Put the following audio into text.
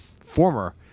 former